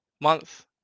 month